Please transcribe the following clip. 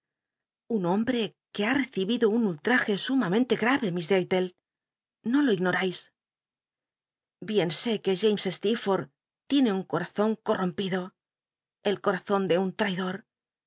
n hombre que ha recibido un ultraje sumam en le g a c mi s darlle no lo ignorais bien sé que james steerforth tiene tm comzon coi'i'ompido el corazon de un traidot